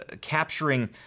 capturing